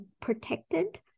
protected